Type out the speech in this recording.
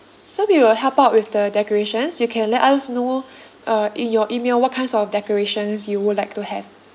so we will help out with the decorations you can let us know uh in your email what kinds of decorations you would like to have